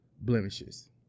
blemishes